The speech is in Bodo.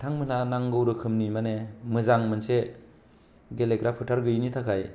बिथांमोनहा नागौ रोखोमनि माने मोजां मोनसे गेलेग्रा फोथार गैयैनि थाखाय